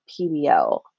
PBL